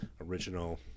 Original